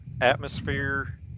atmosphere